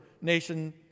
nation